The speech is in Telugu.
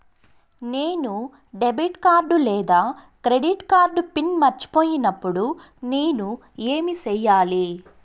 నేను డెబిట్ కార్డు లేదా క్రెడిట్ కార్డు పిన్ మర్చిపోయినప్పుడు నేను ఏమి సెయ్యాలి?